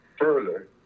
further